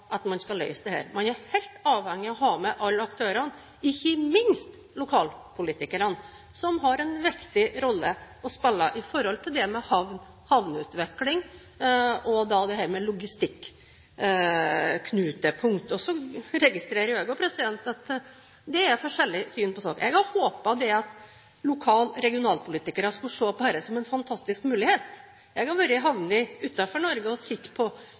at det ikke går an å vedta at man skal løse dette. Man er helt avhengig av å ha med alle aktørene, ikke minst lokalpolitikerne, som har en viktig rolle å spille med hensyn til havn, havneutvikling og logistikknutepunkt. Så registrer jeg også at det er forskjellige syn i saken. Jeg hadde håpet at lokal- og regionalpolitikere skulle se på dette som en fantastisk mulighet. Jeg har vært i havner utenfor Norge og sett på